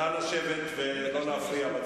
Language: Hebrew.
נא לשבת ולא להפריע.